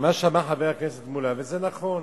מה שאמר חבר הכנסת מולה, וזה נכון,